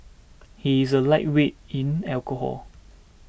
he is a lightweight in alcohol